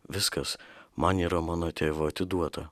viskas man yra mano tėvo atiduota